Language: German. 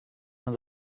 man